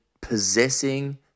possessing